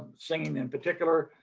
singing in particular,